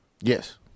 Yes